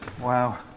wow